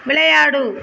விளையாடு